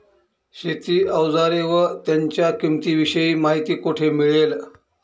शेती औजारे व त्यांच्या किंमतीविषयी माहिती कोठे मिळेल?